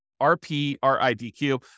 R-P-R-I-D-Q